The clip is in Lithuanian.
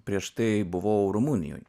prieš tai buvau rumunijoj